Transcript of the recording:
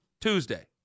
Tuesday